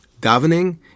davening